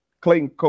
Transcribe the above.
Clayton